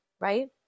Right